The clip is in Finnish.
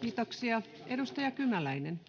[Ben Zyskowicz: Näin